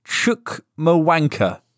Chukmawanka